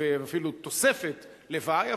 ואפילו תוספת לוואי.